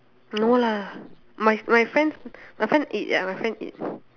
no lah my my friend my friend eat ya my friend eat